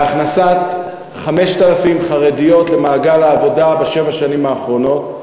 בהכנסת 5,000 חרדיות למעגל העבודה בשבע השנים האחרונות,